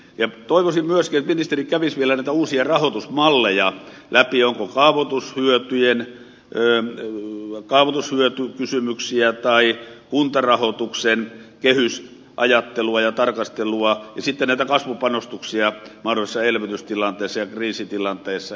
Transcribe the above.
toivoisin myöskin että ministeri kävisi vielä näitä uusia rahoitusmalleja läpi onko kaavoitushyötykysymyksiä tai kuntarahoituksen kehys ajattelua ja tarkastelua ja onko vielä tarkemmin käsitelty näitä kasvupanostuksia infraan mahdollisissa elvytystilanteissa ja kriisitilanteissa